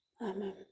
Amen